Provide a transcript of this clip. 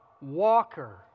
Walker